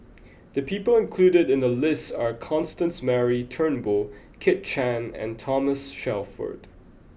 the people included in the list are Constance Mary Turnbull Kit Chan and Thomas Shelford